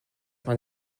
man